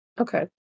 Okay